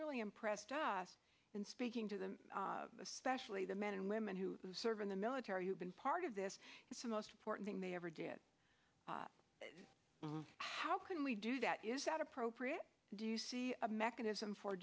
really impressed us in speaking to them especially the men and women who serve in the military you've been part of this it's the most important thing they ever did how can we do that is that appropriate do you see a mechanism for